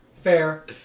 Fair